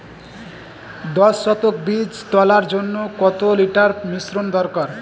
দশ শতক বীজ তলার জন্য কত লিটার মিশ্রন দরকার?